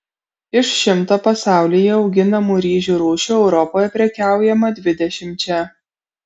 iš šimto pasaulyje auginamų ryžių rūšių europoje prekiaujama dvidešimčia